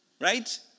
Right